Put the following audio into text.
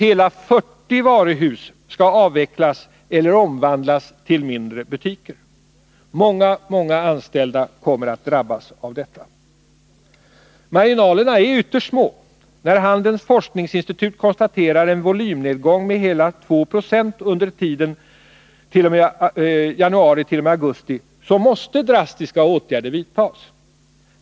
Hela 40 varuhus skall avvecklas eller omvandlas till mindre butiker. Många anställda kommer att drabbas av detta. Marginalerna är ytterst små. När Handelns forskningsinstitut konstaterar en volymnedgång med hela 2 90 under tiden januari-augusti, måste drastiska åtgärder vidtas.